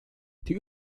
die